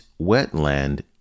wetland